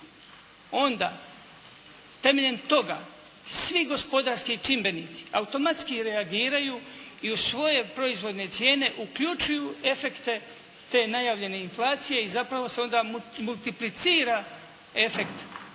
onda temeljem toga svi gospodarski čimbenici automatski reagiraju i u svoje proizvodne cijene uključuju efekte te najavljene inflacije i zapravo se onda multiplicira efekt